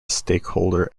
stakeholder